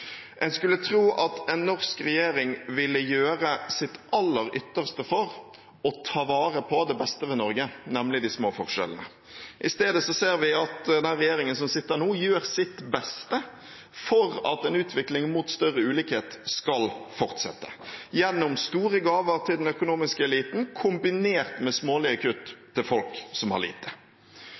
En skulle tro at en norsk regjering ville gjøre sitt aller ytterste for å ta vare på det beste ved Norge, nemlig de små forskjellene. I stedet ser vi at den regjeringen som sitter nå, gjør sitt beste for at en utvikling mot større ulikhet skal fortsette – gjennom store gaver til den økonomiske eliten kombinert med smålige kutt til folk som har lite.